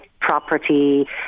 property